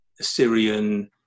Assyrian